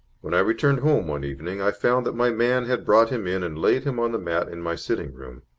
when i returned home one evening, i found that my man had brought him in and laid him on the mat in my sitting-room.